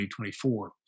2024